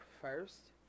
first